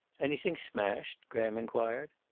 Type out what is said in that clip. anything smashed? graham inquired.